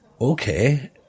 okay